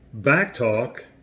Backtalk